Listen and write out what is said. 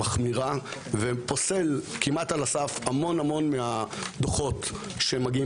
מחמירה ופוסל כמעט על הסף המון מהדוחות שמגיעים